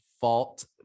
fault